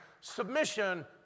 Submission